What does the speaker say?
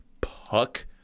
puck